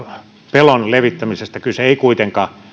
pelon levittämisestä kyse ei kuitenkaan